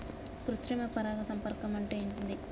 కృత్రిమ పరాగ సంపర్కం అంటే ఏంది?